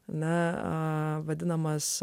na vadinamas